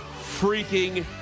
freaking